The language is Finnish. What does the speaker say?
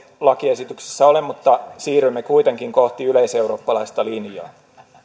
lakiesityksessä ole mutta siirrymme kuitenkin kohti yleiseurooppalaista linjaa